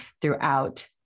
throughout